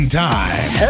time